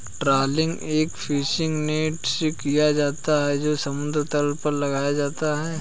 trawling एक fishing net से किया जाता है जो समुद्र तल पर लगाया जाता है